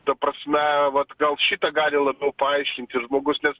ta prasme vat gal šitą gali labiau paaiškinti žmogus nes